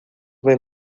vai